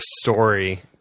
story